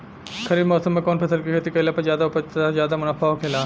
खरीफ़ मौसम में कउन फसल के खेती कइला पर ज्यादा उपज तथा ज्यादा मुनाफा होखेला?